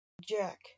Jack